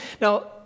Now